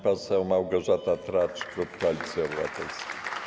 Pani poseł Małgorzata Tracz, klub Koalicji Obywatelskiej.